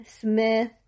Smith